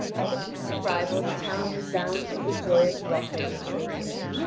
at the king's arrival the town resounds with the joyous welcome which they give.